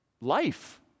life